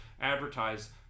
advertise